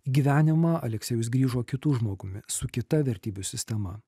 į gyvenimą aleksejus grįžo kitu žmogumi su kita vertybių sistema